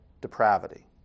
depravity